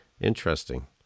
Interesting